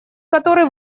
который